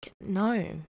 no